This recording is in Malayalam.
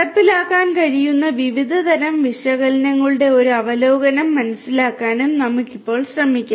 നടപ്പിലാക്കാൻ കഴിയുന്ന വിവിധ തരം വിശകലനങ്ങളുടെ ഒരു അവലോകനം മനസ്സിലാക്കാനും നമുക്ക് ഇപ്പോൾ ശ്രമിക്കാം